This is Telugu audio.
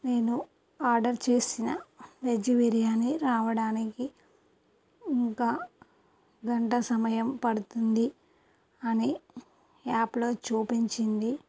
నేను ఆర్డర్ చేసిన వెజ్ బిర్యానీ రావడానికి ఇంకా గంట సమయం పడుతుంది అని యాప్లో చూపించింది